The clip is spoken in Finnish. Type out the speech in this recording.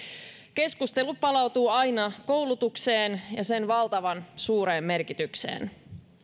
keskustelu palautuu aina koulutukseen ja sen valtavan suureen merkitykseen